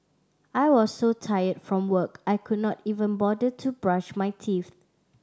I was so tired from work I could not even bother to brush my teeth